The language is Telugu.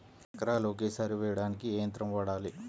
ఎకరాలు ఒకేసారి వేయడానికి ఏ యంత్రం వాడాలి?